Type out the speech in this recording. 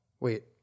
Wait